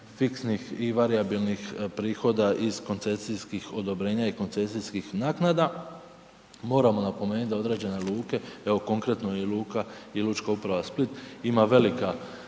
fiksnih i varijabilnih prihoda iz koncesijskih odobrenja i koncesijskih naknada. Moramo napomenuti da određene luke, evo konkretno i Luka i Lučka uprava Split ima velika